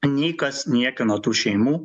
nei kas niekino tų šeimų